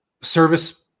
service